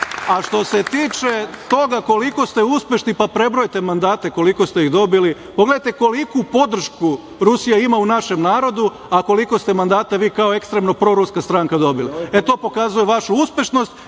se tiče toga koliko ste uspešni, pa prebrojte mandate koliko ste ih dobili. Pogledajte koliku podršku Rusija ima u našem narodu, a koliko ste mandata vi kao ekstremno proruska stranka dobili. To pokazuje vašu uspešnost